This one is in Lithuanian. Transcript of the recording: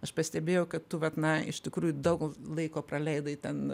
aš pastebėjau kad tu vat na iš tikrųjų daug laiko praleidai ten